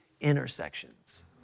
intersections